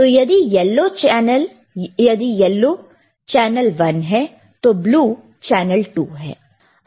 तो यदि yellow channel 1 है तो ब्लू चैनल 2 है